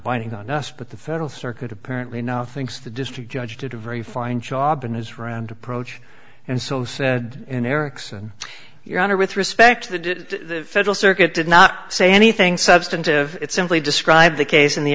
binding on us but the federal circuit apparently now thinks the district judge did a very fine job in his round approach and so said in erickson your honor with respect to the federal circuit did not say anything substantive it's simply describe the case in the